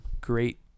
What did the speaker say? great